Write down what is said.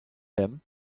him